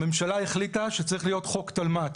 הממשלה החליטה שצריך להיות חוק תלמ"ת,